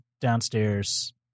downstairs